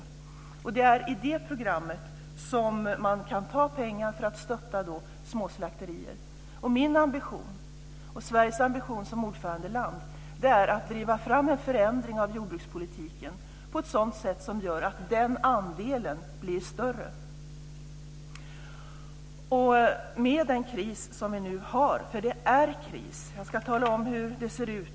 Det är i det programmet som man kan ta pengar för att stötta små slakterier. Min ambition, och Sveriges ambition som ordförandeland, är att driva fram en förändring av jordbrukspolitiken som gör att den andelen blir större. Vi har en kris nu. Jag ska tala om hur det ser ut.